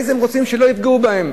אחרי זה הם רוצים שלא יפגעו בהם,